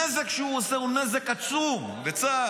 הנזק שהוא עושה הוא נזק עצום לצה"ל.